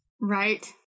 Right